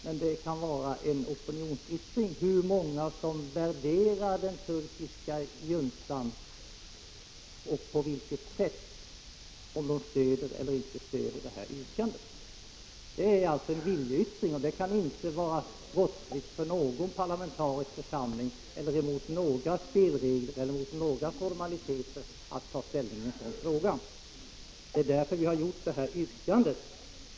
Men det kan vara en opinionsyttring, som visar hur många som värderar den turkiska juntan på samma sätt som vi och därför stödjer vårt yrkande. Det handlar alltså om en viljeyttring. Det kan inte vara brottsligt för någon parlamentarisk församling eller strida mot några spelregler eller formaliteter att ta ställning i en sådan här fråga. Det är därför som vi har framställt detta yrkande.